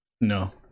no